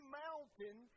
mountain